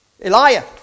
Elijah